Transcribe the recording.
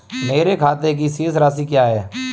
मेरे खाते की शेष राशि क्या है?